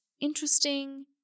interesting